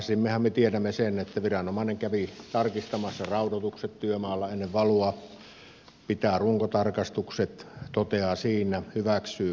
aikaisemminhan me tiedämme sen viranomainen kävi tarkistamassa raudoitukset työmaalla ennen valua piti runkotarkastukset totesi siinä hyväksyi kattoristikot ja niin edelleen